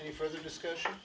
any further discussion